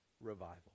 revival